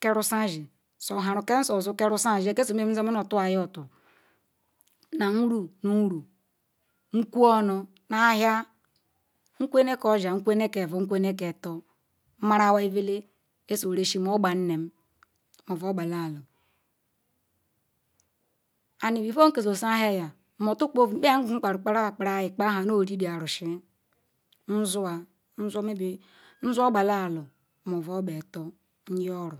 ka rizan zii or keri zen zila ke mm- for zor kerizan zila marun ieai ala kbe ra shi nzu robba laru mobo atul